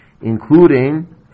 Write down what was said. including